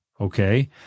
Okay